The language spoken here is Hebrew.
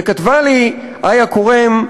וכתבה לי איה כורם: